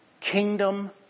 Kingdom